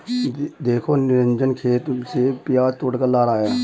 देखो निरंजन खेत से प्याज तोड़कर ला रहा है